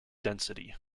density